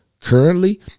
currently